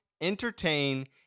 entertain